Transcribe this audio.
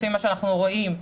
לפי מה שאנחנו רואים,